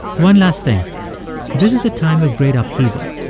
one last thing this is a time of great upheaval.